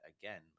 again